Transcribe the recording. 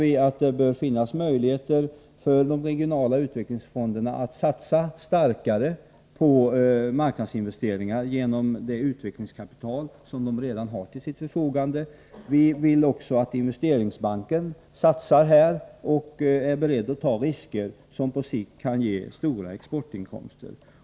Vi menar att det nu bör finnas möjligheter för de regionala utvecklingsfonderna att satsa hårdare på marknadsinvesteringar genom det utvecklingskapital som de redan har till sitt förfogande. Vi vill också att Investeringbanken satsar och är beredd att ta risker som på sikt kan ge stora exportinkomster.